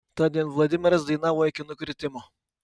tądien vladimiras dainavo iki nukritimo